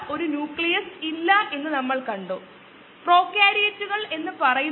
ഇവിടെ ഞാൻ അത് മുഖവിലയ്ക്കെടുക്കേണ്ട അന്തിമ പരിഹാരം അവതരിപ്പിക്കാൻ പോകുന്നു